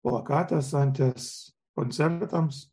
plakatas anties koncertams